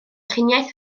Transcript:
triniaeth